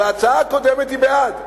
על ההצעה הקודמת היא בעד,